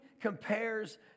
compares